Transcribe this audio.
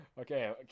okay